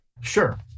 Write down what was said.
Sure